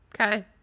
Okay